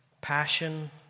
passion